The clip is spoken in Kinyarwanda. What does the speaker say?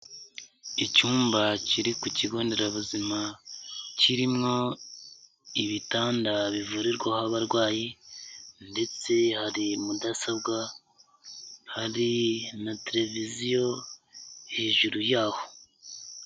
Icyumba kiri ku kigo nderabuzima, kimo ibitanda bivurirwaho abarwayi ndetse hari mudasobwa, hari na televiziyo hejuru yaho.